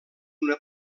una